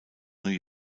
new